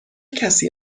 کسی